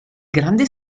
grande